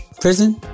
prison